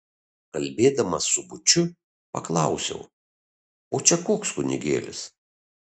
kalbėdamas su būčiu paklausiau o čia koks kunigėlis